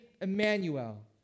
Emmanuel